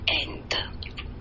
end